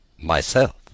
Myself